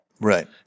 Right